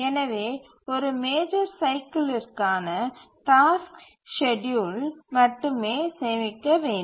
எனவே ஒரு மேஜர் சைக்கிலிற்கான டாஸ்க் ஸ்கேட்யூல் மட்டுமே சேமிக்க வேண்டும்